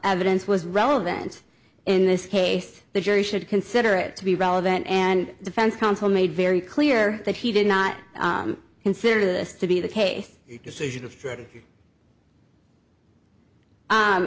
evidence was relevant in this case the jury should consider it to be relevant and defense counsel made very clear that he did not consider this to be the case decision of